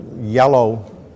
yellow